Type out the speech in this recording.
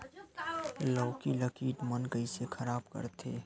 लौकी ला कीट मन कइसे खराब करथे?